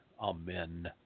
Amen